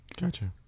Gotcha